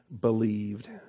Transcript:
believed